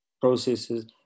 processes